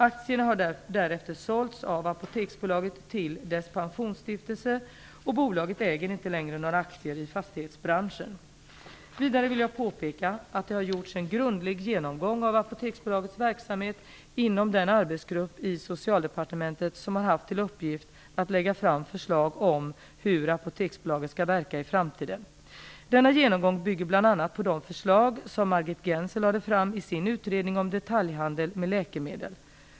Aktierna har därefter sålts av Apoteksbolaget till dess pensionsstiftelse, och bolaget äger inte längre några aktier i fastighetsbranschen. Vidare vill jag påpeka att det har gjorts en grundlig genomgång av Apoteksbolagets verksamhet inom den arbetsgrupp i Socialdepartementet som har haft till uppgift att lägga fram förslag om hur Apoteksbolaget skall verka i framtiden. Denna genomgång bygger bl.a. på de förslag som Margit Gennser lade fram i sin utredning om detaljhandel med läkemedel.